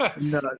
no